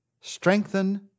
Strengthen